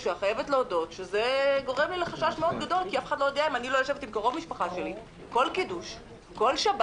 חברים קרובים שלו יש ילד עם צליאק או ילדים אלרגניים כמו שנאמר פה?